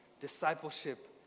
discipleship